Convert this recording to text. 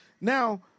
Now